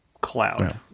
cloud